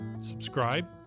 subscribe